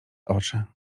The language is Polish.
oczy